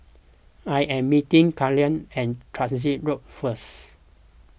I am meeting Carleigh at Transit Road first